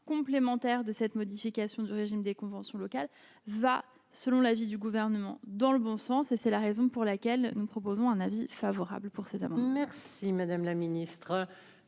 complémentaire de cette modification du régime des conventions locales va, selon l'avis du gouvernement dans le bon sens et c'est la raison pour laquelle nous proposons un avis favorable pour. Merci madame